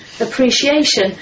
appreciation